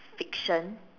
fiction